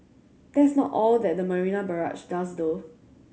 that's not all that the Marina Barrage does though